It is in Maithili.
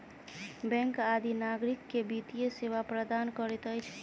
बैंक आदि नागरिक के वित्तीय सेवा प्रदान करैत अछि